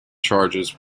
charges